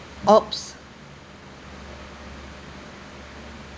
!oops!